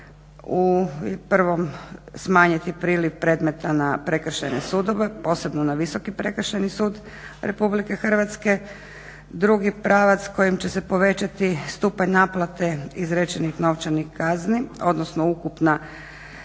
u prvom smanjiti priliv predmeta na prekršajne sudove, posebno na Visoki prekršajni sud Republike Hrvatske, drugi pravac kojim će se povećati stupanj naplate izrečenih novčanih kazni, odnosno ukupna